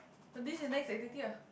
so this is next activity ah